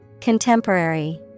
Contemporary